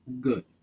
good